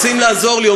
רוצים לעזור לי.